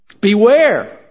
Beware